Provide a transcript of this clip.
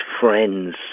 friends